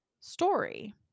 story